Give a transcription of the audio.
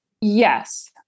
Yes